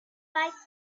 bite